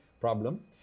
problem